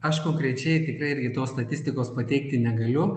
aš konkrečiai tikrai irgi tos statistikos pateikti negaliu